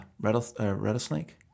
rattlesnake